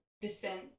descent